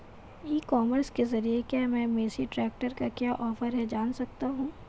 ई commerce के ज़रिए क्या मैं मेसी ट्रैक्टर का क्या ऑफर है जान सकता हूँ?